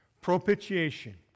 Propitiation